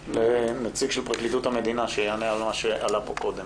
לנציג של פרקליטות המדינה שיענה על מה שעלה פה קודם.